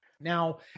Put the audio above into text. Now